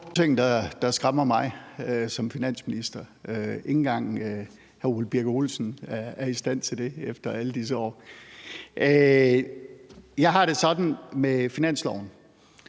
Der er ingenting, der skræmmer mig som finansminister; ikke engang hr. Ole Birk Olesen er i stand til det efter alle disse år. Jeg har det sådan med finansloven,